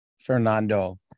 Fernando